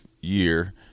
year